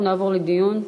אנחנו נעבור לדיון.